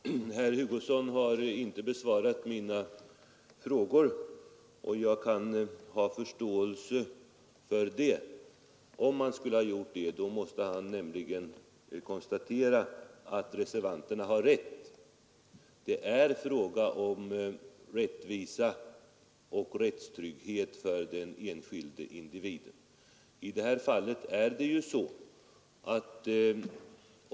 Herr talman! Herr Hugosson har inte besvarat mina frågor, och jag kan ha förståelse för det. Om han skulle göra det, måste han nämligen konstatera att reservanterna har rätt. Det är fråga om rättvisa och rättstrygghet för den enskilde individen.